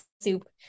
soup